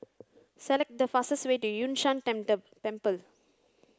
select the fastest way to Yun Shan Temple